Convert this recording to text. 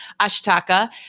Ashitaka